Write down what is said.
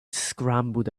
scrambled